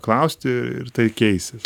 klausti ir tai keisis